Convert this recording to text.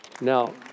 Now